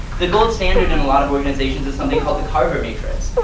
the gold standard in a lot of organizations is something called the carver matrix.